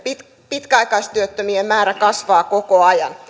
pitkäaikaistyöttömien määrä kasvaa koko ajan